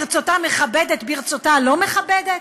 שברצותה מכבדת וברצותה לא מכבדת?